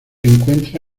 encuentra